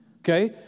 okay